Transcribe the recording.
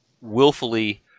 willfully